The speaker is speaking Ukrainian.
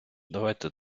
давайте